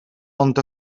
ond